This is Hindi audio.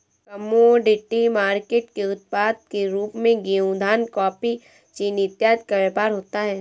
कमोडिटी मार्केट के उत्पाद के रूप में गेहूं धान कॉफी चीनी इत्यादि का व्यापार होता है